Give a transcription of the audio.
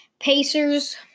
Pacers